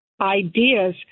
ideas